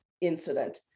incident